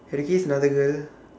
had to kiss another girl